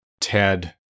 Ted